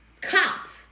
cops